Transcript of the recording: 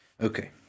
Okay